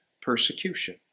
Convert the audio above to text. persecution